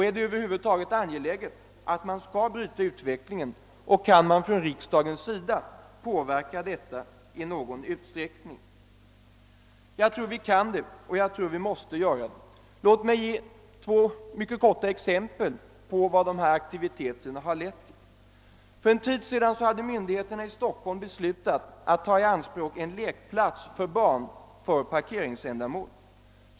är det över huvud taget angeläget att bryta utvecklingen och kan man från riksdagens sida påverka den i någon utsträckning? Jag tror vi kan det och jag tror vi måste göra det. Låt mig ge två mycket korta exempel på vad dessa aktiviteter har lett till. För en tid sedan hade myndigheterna i Stockholm beslutat att ta i anspråk en lekplats för barn för parkeringsändamål.